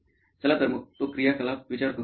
चला तर मग तो क्रियाकलाप विचार करूया